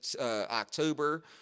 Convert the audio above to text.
October